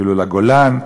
אפילו לגולן.